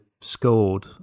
scored